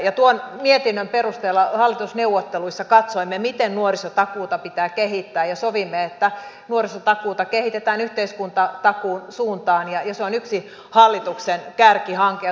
ja tuon mietinnön perusteella hallitusneuvotteluissa katsoimme miten nuorisotakuuta pitää kehittää ja sovimme että nuorisotakuuta kehitetään yhteiskuntatakuun suuntaan ja se on yksi hallituksen kärkihanke